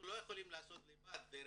אנחנו לא יכולים לעשות לבד.